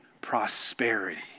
prosperity